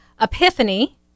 Epiphany